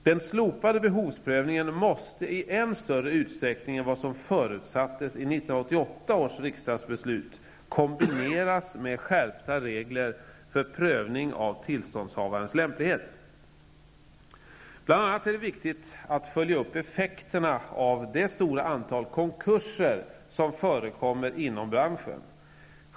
Den slopade behovsprövningen måste i än större utsträckning än vad som förutsattes i 1988 års riksdagsbeslut, kombineras med skärpta regler för prövning av tillståndshavarens lämplighet. Bland annat är det viktigt att följa upp effekterna av det stora antal konkurser som förekommer inom branschen.